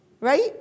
right